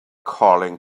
calling